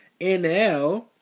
NL